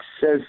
says